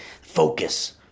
focus